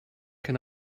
can